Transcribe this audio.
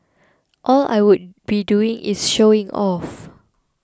all I would be doing is showing off